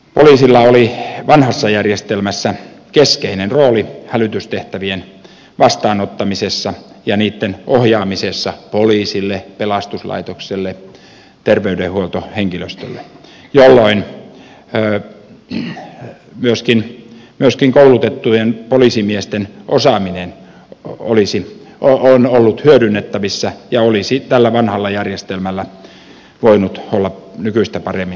poliisilla oli vanhassa järjestelmässä keskeinen rooli hälytystehtävien vastaanottamisessa ja niitten ohjaamisessa poliisille pelastuslaitokselle ja terveydenhuoltohenkilöstölle jolloin myöskin koulutettujen poliisimiesten osaaminen oli hyödynnettävissä ja olisi tällä vanhalla järjestelmällä voinut olla nykyistä paremmin hyödynnettävissä